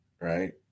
Right